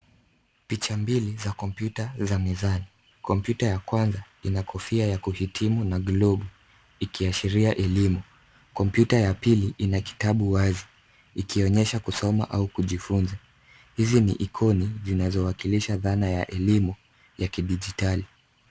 Picha mbili za kompyuta za mezani. Kompyuta ya kwanza, ina kofia ya kuhitimu na globe , ikiashiria elimu. Kompyuta ya pili ina kitabu wazi. Ikionyesha kusoma au kujifunza. Hizi ni ikoni, zinazowakilisha dhana ya elimu ya kidigitali.